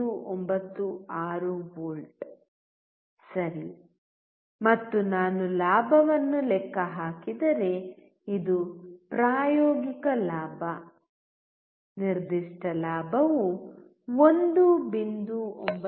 96 volt ಸರಿ ಮತ್ತು ನಾನು ಲಾಭವನ್ನು ಲೆಕ್ಕ ಹಾಕಿದರೆ ಇದು ಪ್ರಾಯೋಗಿಕ ಲಾಭ ನಿರ್ದಿಷ್ಟ ಲಾಭವು 1